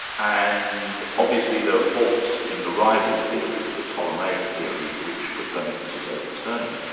and obviously there are faults in the rival theory, the ptolemaic theory which copernicus is overturning,